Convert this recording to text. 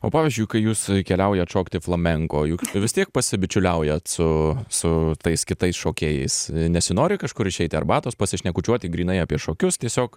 o pavyzdžiui kai jūs keliaujat šokti flamenko juk vis tiek pasibičiuliaujat su su tais kitais šokėjais nesinori kažkur išeiti arbatos pasišnekučiuoti grynai apie šokius tiesiog